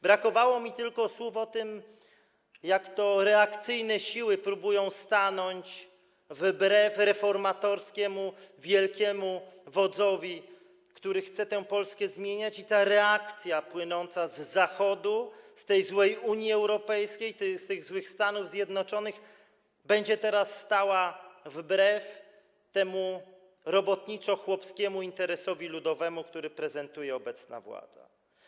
Brakowało mi tylko słów o tym, jak to reakcyjne siły próbują stanąć wbrew reformatorskim dążeniom wielkiego wodza, który chce tę Polskę zmieniać, a ta reakcja płynąca z Zachodu, z tej złej Unii Europejskiej, z tych złych Stanów Zjednoczonych będzie teraz stała wbrew temu robotniczo-chłopskiemu interesowi ludowemu, który prezentuje obecna władza.